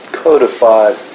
codified